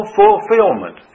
fulfillment